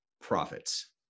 Profits